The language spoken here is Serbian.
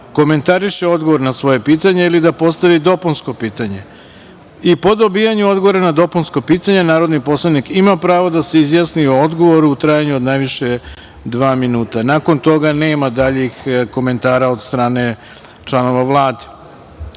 komentariše odgovor na svoje pitanje ili da postavi dopunsko pitanje. Po dobijanju odgovora na dopunsko pitanje narodni poslanik ima pravo da se izjasni o odgovoru u trajanju od najviše dva minuta. Nakon toga nema daljih komentara od strane članova Vlade.U